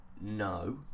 no